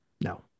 No